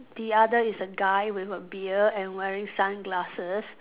the other is a guy with a beard and wearing sunglasses